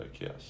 yes